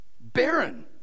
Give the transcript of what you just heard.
barren